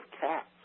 cats